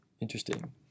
Interesting